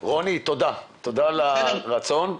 רוני, תודה על הרצון.